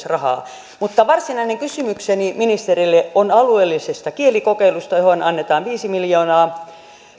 rahaa mutta varsinainen kysymykseni ministerille on alueellisesta kielikokeilusta johon annetaan viisi miljoonaa